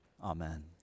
Amen